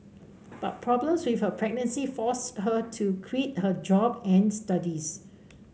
but problems with her pregnancy forced her to quit her job and studies